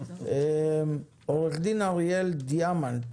עו"ד אריאל דיאמנט